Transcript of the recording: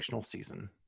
season